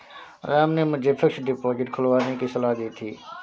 राम ने मुझे fixed deposit खुलवाने की सलाह दी थी